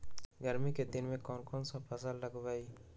गर्मी के दिन में कौन कौन फसल लगबई?